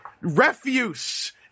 refuse